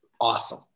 awesome